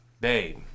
babe